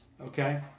okay